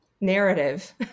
narrative